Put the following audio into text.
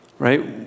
Right